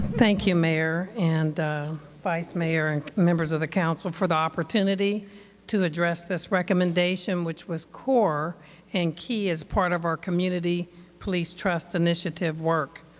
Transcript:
thank you, mayor and vice mayor and members of the council for the opportunity to address this recommendation which was core and key as part of our community police trust initiative work.